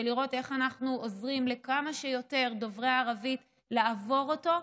לראות איך אנחנו עוזרים לכמה שיותר דוברי ערבית לעבור אותו.